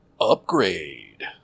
Upgrade